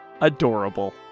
adorable